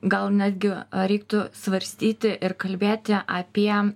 gal netgi ar reiktų svarstyti ir kalbėti apie